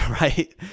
right